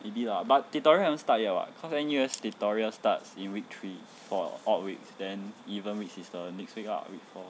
maybe lah but tutorial haven't start yet [what] cause N_U_S tutorial starts in week three for odd weeks then even weeks is the next week ah week four